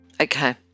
Okay